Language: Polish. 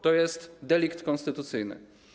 To jest delikt konstytucyjny.